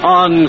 on